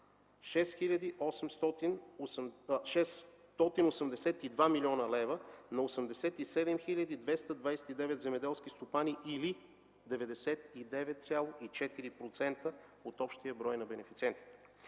682 млн. лв. на 87 229 земеделски стопани или 99,4% от общия брой на бенефициентите.